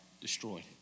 destroyed